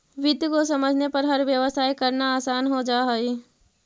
वित्त को समझने पर हर व्यवसाय करना आसान हो जा हई